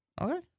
okay